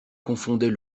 confondait